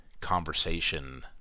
conversation